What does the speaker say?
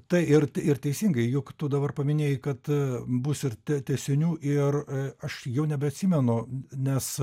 tai ir ir teisingai juk tu dabar paminėjai kad bus ir te tęsinių ir aš jau nebeatsimenu nes